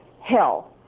hell